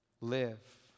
live